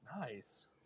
Nice